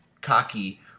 cocky